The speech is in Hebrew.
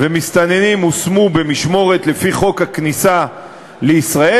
ומסתננים הושמו במשמורת לפי חוק הכניסה לישראל,